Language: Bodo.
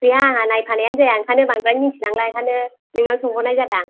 गैया आंहा नायफानायानो जाया ओंखायनो बांद्राय मिनथि लांला बेखायनो नोंनाव सोंहरनाय जादां